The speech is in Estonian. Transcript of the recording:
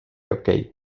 okei